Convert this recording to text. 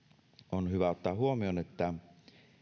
on hyvä ottaa huomioon että